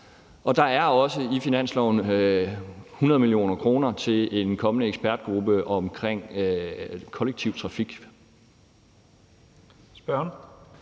og der er også i finanslovsforslaget 100 mio. kr. til en kommende ekspertgruppe vedrørende kollektiv trafik.